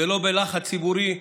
ולא בלחץ ציבורי,